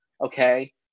Okay